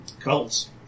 cults